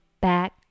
back